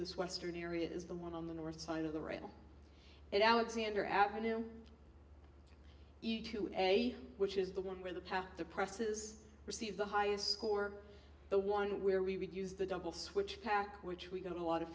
this western area is the one on the north side of the rail and alexander avenue to a which is the one where the pass the presses receive the highest score the one where we would use the double switch pack which we go to a lot of